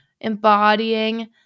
embodying